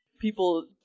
people